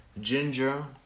Ginger